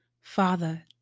father